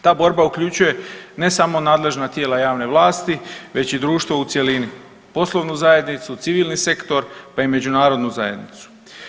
Ta borba uključuje ne samo nadležna tijela javne vlasti, već i društvo u cjelini, poslovnu zajednicu, civilni sektor, pa i međunarodnu zajednicu.